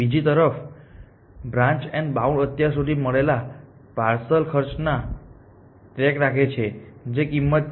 બીજી તરફ branch and bound અત્યાર સુધી મળેલા પાર્સલ ખર્ચનો ટ્રેક રાખે છે જે કિંમત છે